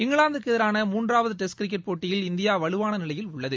இங்கிலாந்துக்கு எதிராக மூன்றாவது டெஸ்ட் கிரிக்கெட் போட்டியில் இந்தியா வலுவான நிலையில் உள்ளது